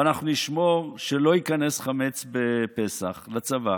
ואנחנו נשמור שלא ייכנס חמץ בפסח לצבא,